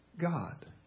God